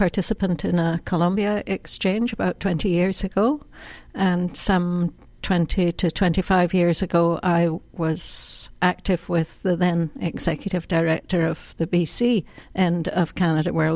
participant in the columbia exchange about twenty years ago and some twenty to twenty five years ago i was active with the then executive director of the b c and candidate were